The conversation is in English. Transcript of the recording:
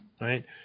Right